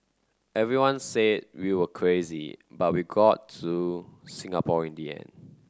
everyone said we were crazy but we got to Singapore in the end